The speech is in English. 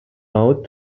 out